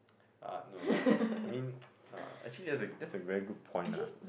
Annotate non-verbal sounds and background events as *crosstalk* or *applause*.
ah no lah I mean *noise* ah actually that's a that's a very good point lah